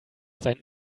seinen